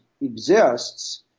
exists